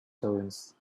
dunes